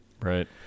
right